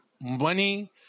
money